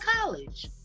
college